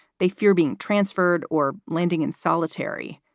they fear being transferred or landing in solitary.